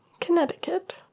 connecticut